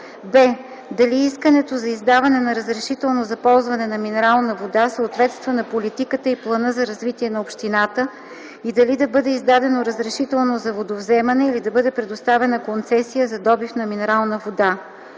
б) дали искането за издаване на разрешително за ползване на минерална вода съответства на политиката и плана за развитие на общината и дали да бъде издадено разрешително за водовземане, или да бъде предоставена концесия за добив на минерална вода;